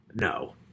No